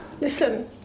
Listen